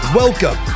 Welcome